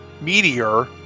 Meteor